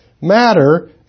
Matter